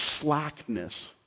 slackness